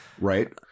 Right